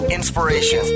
Inspiration